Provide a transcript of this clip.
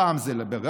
פעם זה לבג"ץ,